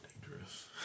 Dangerous